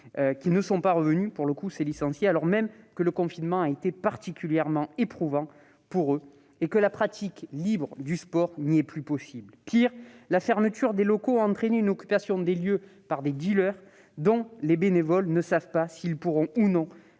ne sont pas revenus, alors même que le confinement a été particulièrement éprouvant pour eux et que la pratique libre du sport n'est plus possible. Pire, la fermeture des locaux a entraîné une occupation des lieux par des dealers. Or les bénévoles ne savent pas s'ils pourront les